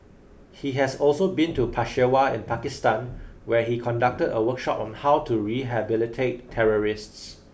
he has also been to Peshawar in Pakistan where he conducted a workshop on how to rehabilitate terrorists